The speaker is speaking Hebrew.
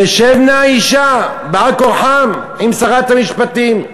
תשב נא אישה, על כורחם, עם שרת המשפטים.